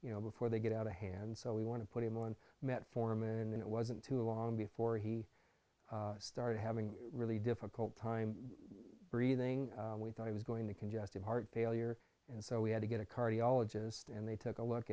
you know before they get out of hand so we want to put him on metformin and it wasn't too long before he started having really difficult time breathing we thought i was going to congestive heart failure and so we had to get a cardiologist and they took a look